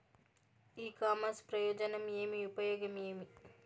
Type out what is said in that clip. ఇ commerce ప్రయోజనం ఏమి? ఉపయోగం ఏమి?